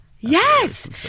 yes